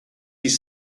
his